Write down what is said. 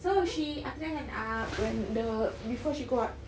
so she after that kan err when the before she got